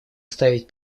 ставить